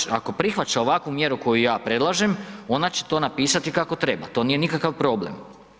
Vlada ako prihvaća ovakvu mjeru koju ja predlažem ona će to napisati kako treba, to nije nikakav problem.